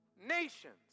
nations